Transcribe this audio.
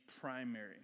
primary